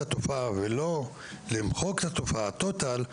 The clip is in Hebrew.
התופעה ולא למחוק את התופעה טוטאלית,